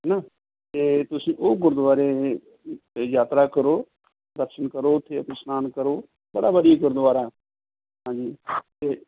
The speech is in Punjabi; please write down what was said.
ਹੈ ਨਾ ਅਤੇ ਤੁਸੀਂ ਉਹ ਗੁਰਦੁਆਰੇ ਯਾਤਰਾ ਕਰੋ ਦਰਸ਼ਨ ਕਰੋ ਉੱਥੇ ਇਸ਼ਨਾਨ ਕਰੋ ਬੜਾ ਵਧੀਆ ਗੁਰਦੁਆਰਾ ਹਾਂਜੀ ਅਤੇ